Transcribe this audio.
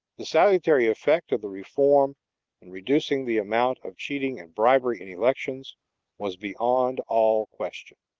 the salutary effect of the reform in reducing the amount of cheating and bribery in elections was beyond all question.